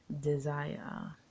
desire